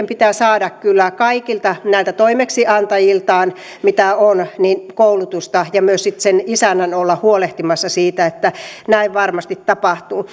pitää saada kyllä kaikilta näiltä toimeksiantajiltaan mitä on koulutusta ja myös sitten sen isännän pitää olla huolehtimassa siitä että näin varmasti tapahtuu